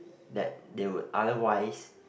that they would otherwise